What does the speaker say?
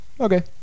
okay